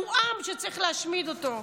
אנחנו עם שצריך להשמיד אותו,